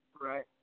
Right